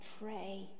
pray